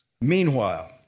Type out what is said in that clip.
Meanwhile